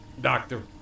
Doctor